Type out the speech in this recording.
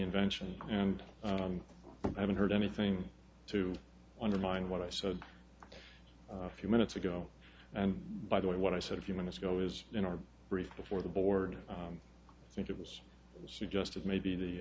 invention and i haven't heard anything to undermine what i said a few minutes ago and by the way what i said a few minutes ago is in our brief before the board i think it was suggested maybe the